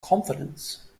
confidence